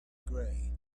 gray